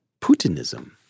Putinism